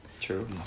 True